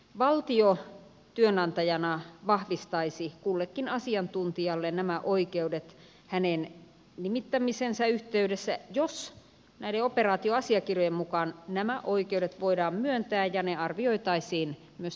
valtio työnantajana vahvistaisi kullekin asiantuntijalle nämä oikeudet hänen nimittämisensä yhteydessä jos näiden operaatioasiakirjojen mukaan nämä oikeudet voi daan myöntää ja ne arvioitaisiin myös tarkoituksenmukaisiksi